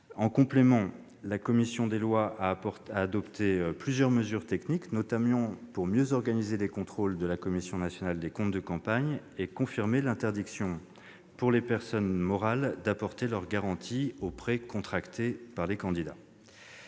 En complément, la commission des lois a adopté plusieurs mesures techniques, notamment pour mieux organiser les contrôles de la CNCCFP et confirmer l'interdiction, pour les personnes morales, d'apporter leur garantie aux prêts contractés par les candidats.